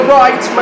right